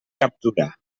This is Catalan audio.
captura